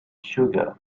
sugar